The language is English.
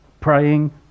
praying